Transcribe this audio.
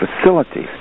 facilities